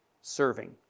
serving